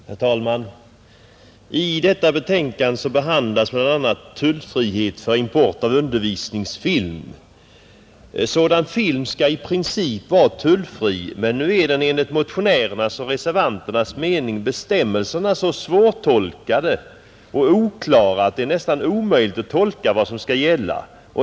Herr talman! I detta betänkande behandlas bl.a. tullfrihet för import av undervisningsfilm. Sådan film skall i princip vara tullfri, men nu är enligt motionärernas och reservanternas mening bestämmelserna så svårtolkade och oklara att det är nästan omöjligt att tolka vad som skall gälla.